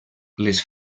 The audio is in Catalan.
les